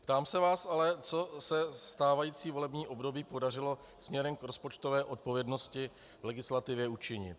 Ptám se vás ale, co se stávající volební období podařilo směrem k rozpočtové odpovědnosti v legislativě učinit?